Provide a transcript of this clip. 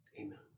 Amen